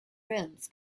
realms